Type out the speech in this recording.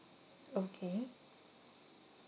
okay